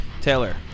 Taylor